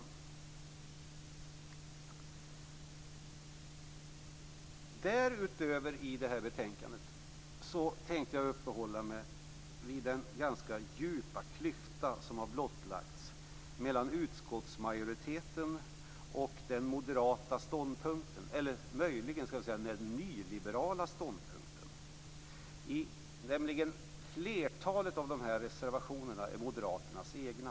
Därutöver tänkte jag uppehålla mig vid den ganska djupa klyfta som har blottlagts mellan utskottsmajoritetens ståndpunkt och den moderata ståndpunkten, eller möjligen den nyliberala ståndpunkten. Flertalet av dessa reservationer är nämligen Moderaternas egna.